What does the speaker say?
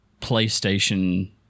PlayStation